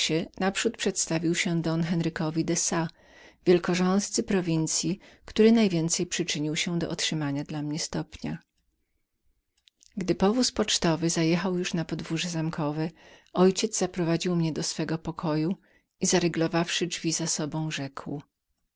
naprzód przedstawił się don henrykowi de sa wielkorządcy prowincyi który najwięcej przyczynił się do otrzymania dla mnie stopnia gdy powóz pocztowy zajechał już na podwórze zamkowe ojciec mój zaprowadził mnie do swego pokoju i zaryglowawszy drzwi za sobą rzekł